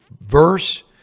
verse